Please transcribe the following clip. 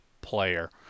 player